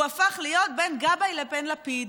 הוא הפך להיות בין גבאי לבין לפיד.